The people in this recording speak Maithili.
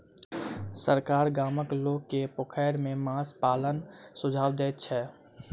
सरकार गामक लोक के पोखैर में माछ पालनक सुझाव दैत छै